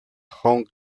hong